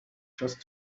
just